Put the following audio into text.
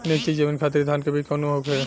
नीची जमीन खातिर धान के बीज कौन होखे?